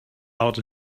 out